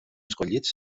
escollits